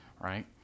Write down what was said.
right